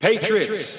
Patriots